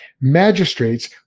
magistrates